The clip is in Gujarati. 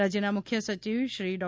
રાજ્યના મુખ્ય સચિવ શ્રી ડૉ